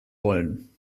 wollen